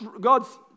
God's